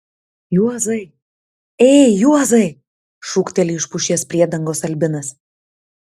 juozai ei juozai šūkteli iš pušies priedangos albinas